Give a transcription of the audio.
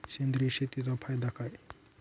सेंद्रिय शेतीचा फायदा काय?